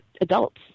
adults